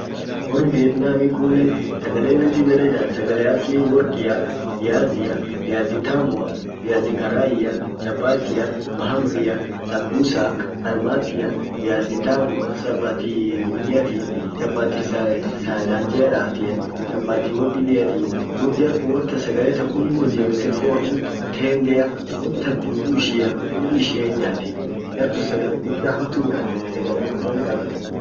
Wor Vietnamin kunnen sagale innin dib ede nyaat sagale akii workia, viazia, viazi tamua ,viazi karai, chapatia, mahamria, sambusa, kalmatia ,viazi tamua, chapati woniati, hanjerati, chapati win dibiati, jar kun won tan sagale tan kulli wot jebifte, foni tendea, won tan dudu ishia kulli ishia hinyaati. jar kun sagale gudda hamtu nyaati sagale ak fon laga kulli hinyaati.